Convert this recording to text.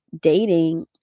dating